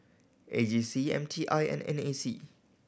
A G C M T I and N A C